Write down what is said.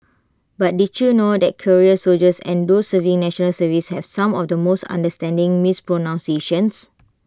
but did you know that career soldiers and those serving National Service have some of the most understanding mispronunciations